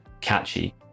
catchy